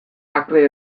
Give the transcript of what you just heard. akre